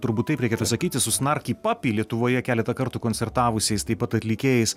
turbūt taip reikėtų sakyti su snarki papi lietuvoje keletą kartų koncertavusiais taip pat atlikėjais